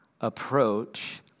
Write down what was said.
approach